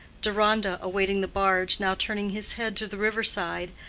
deronda, awaiting the barge, now turning his head to the river-side,